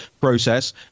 process